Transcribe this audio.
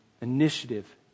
initiative